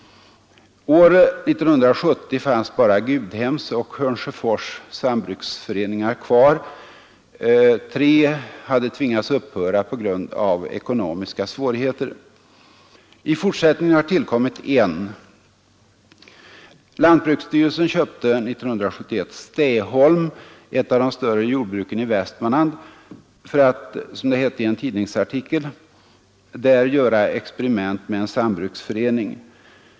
År 1970 fanns bara Gudhems och Hörnsjöfors sambruksföreningar kvar. Ryds, Tarvs och Lessebo sambruksföreningar hade tvingats upphöra på grund av ekonomiska svårigheter. I fortsättningen har tillkommit en. Lantbruksstyrelsen köpte 1971 Stäholm, ett av de största jordbruken i Västmanland, för att — som det hette i en tidningsartikel ”där göra experiment med en sambruksförening”.